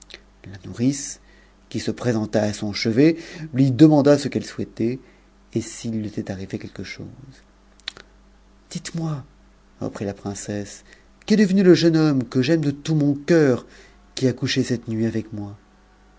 la nourrice qui se présenta à sou chevet lui demanda ce qu'elle souhaitait et s'il lui était arrivé quel lu chose dites-moi reprit la princesse qu'est devenu le jeune bommp j'aime de tout mon cœur qui a couché cette nuit avec moi